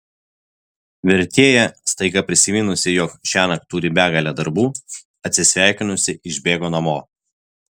vertėja staiga prisiminusi jog šiąnakt turi begalę darbų atsisveikinusi išbėgo namo